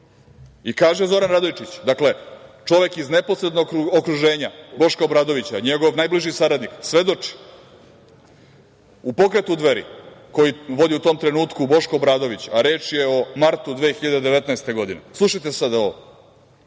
Kaže Zoran Radojčić, čovek iz neposrednog okruženja Boška Obradovića, njegov najbliži saradnik, svedoči - u pokretu Dveri, koji vodi u tom trenutku Boško Obradović, a reč je o martu 2019. godine, slušajte sada ovo,